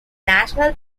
national